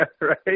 right